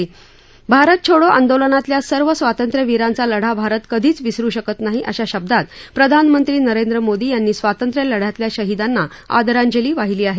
भारत छोडो आंदोलनातल्या सर्व स्वातंत्र्यवीरांचा लढा भारत कधीच विसरू शकत नाही अशा शब्दात प्रधानमंत्री नरेंद्र मोदी यांनी स्वातंत्र्यलढयातल्या शहीदांना आदरांजली वाहिली आहे